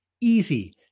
Easy